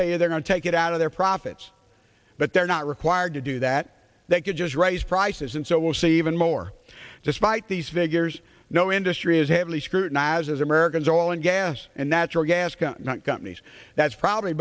tell you their own take it out of their profits but they're not required to do that that could just raise prices and so we'll see vin more despite these figures no industry is heavily scrutinized as americans are all in gas and natural gas companies that's probably